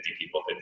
people